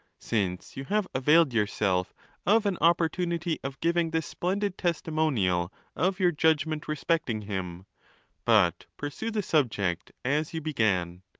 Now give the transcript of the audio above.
since you have availed yourself of an opportunity of giving this splendid testimonial of your judgment respecting him but pursue the subject as you began.